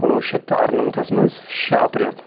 کُنوُہ شَتھ تہٕ اَرنَمتھَس منٛز شےٚ اپریل